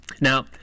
Now